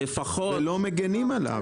ולא מגינים עליו.